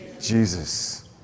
Jesus